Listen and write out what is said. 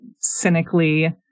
cynically